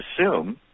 assume